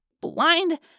blind